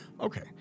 okay